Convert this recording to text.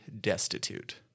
destitute